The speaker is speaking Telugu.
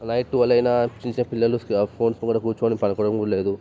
నైట్ ట్వల్ అయినా చూసే చిన్న పిల్లలు స్క్రీ ఫోన్స్ ముందుర కూర్చుని పలకడంలేదు